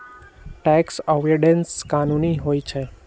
tax avoidance कानूनी होइ छइ